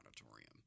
Auditorium